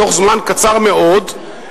בתוך זמן קצר מאוד,